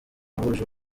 wahuje